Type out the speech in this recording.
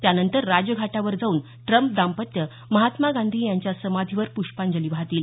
त्यानंतर राजघाटवर जाऊन ट्रम्प दांपत्य महात्मा गांधी यांच्या समाधीवर पृष्पांजली वाहतील